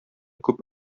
күп